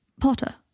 Potter